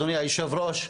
אדוני היושב ראש,